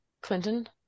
Clinton